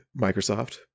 Microsoft